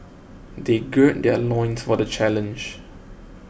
they gird their loins for the challenge